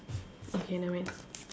okay never mind